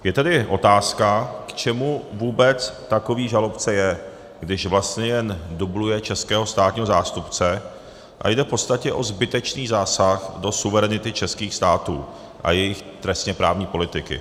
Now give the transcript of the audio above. Je tedy otázka, k čemu vůbec takový žalobce je, když vlastně jen dubluje českého státního zástupce a jde v podstatě o zbytečný zásah do suverenity českých států a jejich trestněprávní politiky.